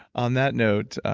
on that note,